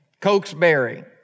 Cokesbury